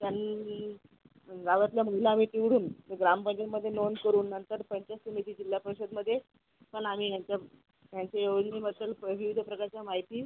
त्यांनी गावातल्या महिला निवडून ग्रामपंचायतीमध्ये नोंद करून नंतर पंचायत समिती जिल्हा परिषदेमध्ये पण आम्ही ह्यांचं ह्यांच्या योजनेबद्दल विविध प्रकारच्या माहिती